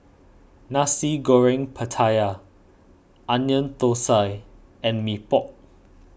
Nasi Goreng Pattaya Onion Thosai and Mee Pok